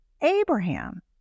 Abraham